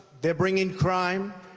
they're bringing crime.